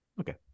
Okay